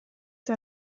der